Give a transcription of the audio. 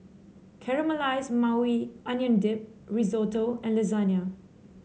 Caramelized Maui Onion Dip Risotto and Lasagne